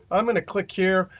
i'm going to click here.